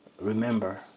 remember